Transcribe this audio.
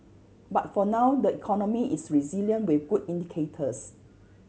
but for now the economy is resilient with good indicators